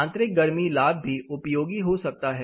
आंतरिक गर्मी लाभ भी उपयोगी हो सकता है